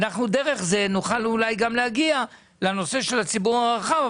אולי דרך זה נוכל להגיע לנושא של הציבור הרחב.